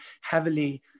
heavily